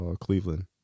Cleveland